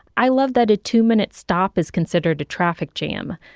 i love that a two minute stop is considered a traffic jam.